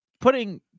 Putting